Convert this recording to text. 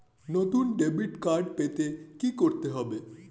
নতুন debit card পেতে কী করতে হবে?